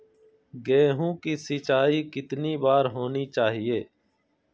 गेहु की सिंचाई कितनी बार होनी चाहिए?